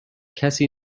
کسی